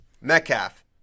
Metcalf